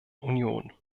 union